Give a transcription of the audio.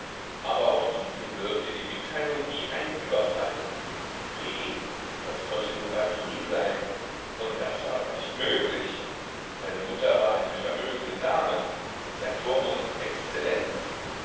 aber auf diesen wirkte die mitteilung wie ein überfall b das konnte nur basini sein und das war doch nicht möglich seine mutter war eine vermögende dame sein vormund exzellenz